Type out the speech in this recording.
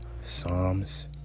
Psalms